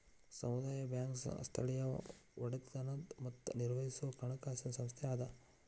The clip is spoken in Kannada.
ಸಮುದಾಯ ಬ್ಯಾಂಕ್ ಸ್ಥಳೇಯ ಒಡೆತನದ್ ಮತ್ತ ನಿರ್ವಹಿಸೊ ಹಣಕಾಸಿನ್ ಸಂಸ್ಥೆ ಅದ